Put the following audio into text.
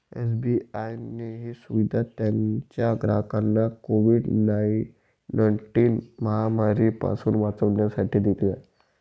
SBI ने ही सुविधा त्याच्या ग्राहकांना कोविड नाईनटिन महामारी पासून वाचण्यासाठी दिली आहे